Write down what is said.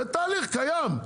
זה תהליך קיים.